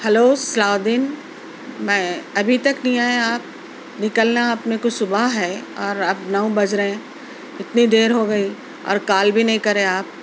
hello Salahuddin میں ابھی تک نہیں آئے آپ نکلنا اپنے کو صبح ہے اور اب نو بج رہے ہیں اتنی دیر ہو گئی اور کال بھی نہیں کرے آپ